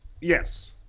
Yes